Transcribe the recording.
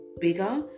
bigger